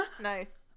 Nice